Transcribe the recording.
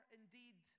indeed